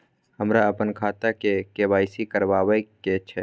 हमरा अपन खाता के के.वाई.सी करबैक छै